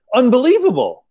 unbelievable